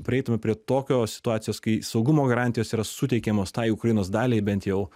prieitume prie tokios situacijos kai saugumo garantijos yra suteikiamos tai ukrainos daliai bent jau